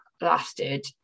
lasted